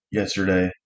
yesterday